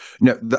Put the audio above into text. No